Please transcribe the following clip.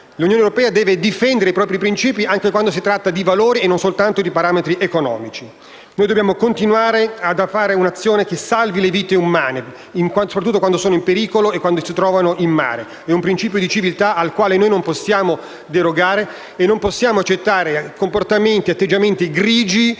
L'Unione europea deve difendere i propri principi anche quando si tratta di valori e non soltanto di parametri economici. Noi dobbiamo continuare a portare avanti un'azione che salvi le vite umane, soprattutto quando sono in pericolo e quando si trovano in mare. È un principio di civiltà cui non possiamo derogare e non possiamo accettare i comportamenti e gli atteggiamenti grigi